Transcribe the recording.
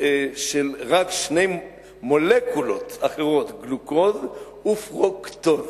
רק שתי מולקולות אחרות, גלוקוז ופרוקטוז,